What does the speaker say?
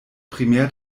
primär